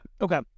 okay